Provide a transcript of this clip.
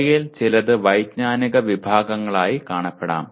അവയിൽ ചിലത് വൈജ്ഞാനിക വിഭാഗങ്ങളായി കാണപ്പെടാം